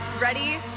Ready